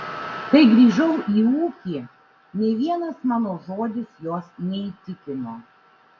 kai grįžau į ūkį nė vienas mano žodis jos neįtikino